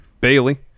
Bailey